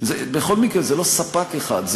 בכל מקרה, זה לא ספק אחד.